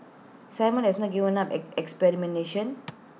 simon has not given up on experimentation